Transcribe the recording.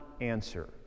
answer